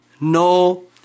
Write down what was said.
No